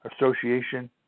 association